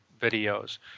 videos